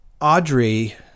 Audrey